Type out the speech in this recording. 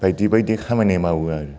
बायदि बायदि खामानि मावो आरो